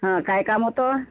हं काय काम होतं